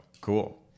Cool